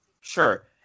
Sure